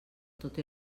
tot